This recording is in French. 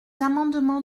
amendements